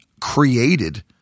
created